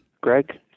Greg